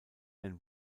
und